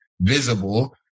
visible